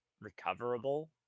recoverable